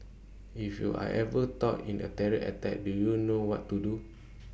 if you are ever sought in A terror attack do you know what to do